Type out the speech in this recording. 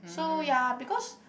so ya because